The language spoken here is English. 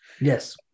Yes